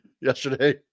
yesterday